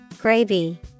Gravy